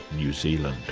new zealand.